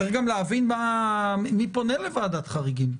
צריך גם להבין מי פונה לוועדת חריגים.